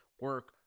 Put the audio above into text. Work